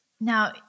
Now